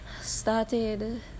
started